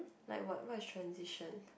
like what what is transition